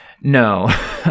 No